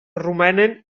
romanen